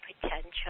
potential